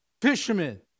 fishermen